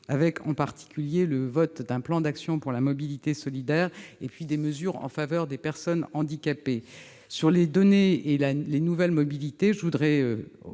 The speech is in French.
salue en particulier l'adoption d'un plan d'action pour la mobilité solidaire et de mesures en faveur des personnes handicapées. Concernant les données et les nouvelles mobilités, je tiens